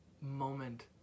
moment